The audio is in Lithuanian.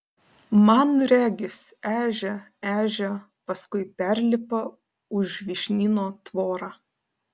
man regis ežia ežia paskui perlipa už vyšnyno tvorą